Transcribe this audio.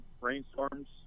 rainstorms